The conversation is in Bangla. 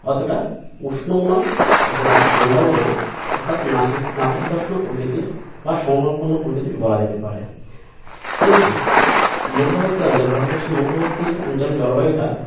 অতটা উষ্ণও নয় অতটা ঠান্ডাও নয় অর্থাৎ নাতিশীতোষ্ণ প্রকৃতির বা সমভাবাপন্ন প্রকৃতির বলা যেতে পারে কিন্তু মধ্যবর্তী অঞ্চল ভারতবর্ষের মধ্যবর্তী অঞ্চলে জলবায়ুটা